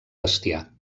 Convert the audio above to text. bestiar